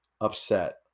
upset